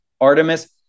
Artemis